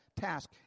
task